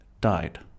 died